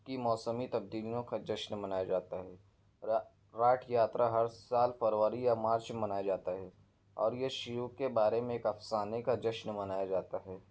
کی موسمی تبدیلیوں کا جشن منایا جاتا ہے را راٹھ یاترا ہر سال فروری یا مارچ میں منایا جاتا ہے اور یہ شیو کے بارے میں ایک افسانے کا جشن منایا جاتا ہے